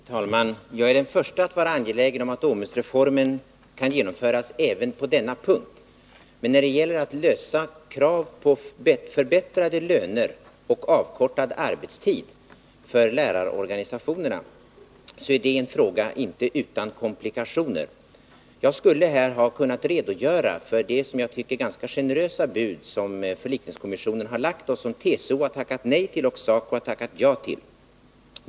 Fru talman! Jag är den förste att vara angelägen om att OMUS-reformen kan genomföras även på denna punkt. Men att tillgodose krav på förbättrade löner och avkortad arbetstid för lärarorganisationerna är en fråga som inte är utan komplikationer. Jag skulle här ha kunnat redogöra för det som jag tycker ganska generösa bud som förlikningskommissionen har lagt och som TCO har tackat nej till och SACO tackat ja till.